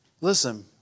Listen